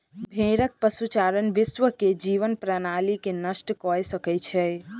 भेड़क पशुचारण विश्व के जीवन प्रणाली के नष्ट कय सकै छै